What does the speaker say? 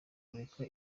kureka